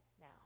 now